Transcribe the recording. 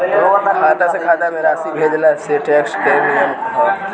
खाता से खाता में राशि भेजला से टेक्स के का नियम ह?